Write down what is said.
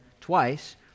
twice